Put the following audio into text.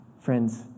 Friends